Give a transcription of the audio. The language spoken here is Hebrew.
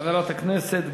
חברת הכנסת גרמן,